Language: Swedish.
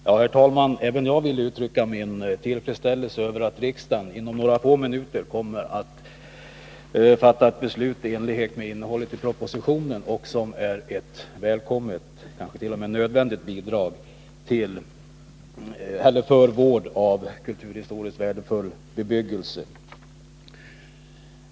Herr talman! Även jag vill uttrycka min tillfredsställelse över att riksdagen inom några få minuter kommer att fatta ett beslut i enlighet med innehållet i propositionen. Beslutet innebär ett välkommet och även nödvändigt bidrag för vården av kulturhistoriskt värdefull bebyggelse.